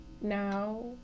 Now